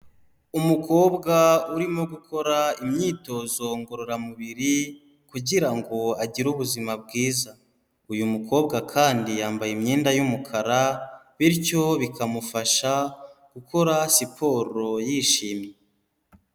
Umukobwa urimo gukora imyitozo ngororamubiri kugira ngo agire ubuzima bwiza, uyu mukobwa kandi yambaye imyenda y'umukara, bityo bikamufasha gukora siporo yishimye.